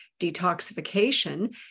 detoxification